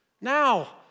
Now